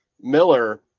Miller